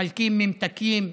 מחלקים ממתקים,